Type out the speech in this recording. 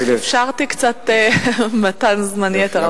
אפשרתי קצת מתן זמן יתר.